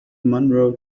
monroe